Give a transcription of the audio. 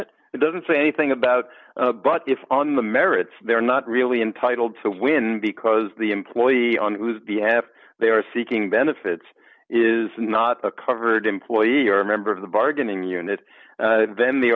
it it doesn't say anything about but if on the merits they're not really entitled to win because the employee on whose behalf they are seeking benefits is not covered employee or a member of the bargaining unit and the